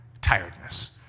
tiredness